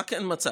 מה כן מצאתי?